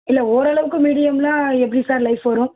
இல்லை ஓரளவுக்கு மீடியம்னா எப்படி சார் லைஃப் வரும்